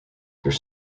their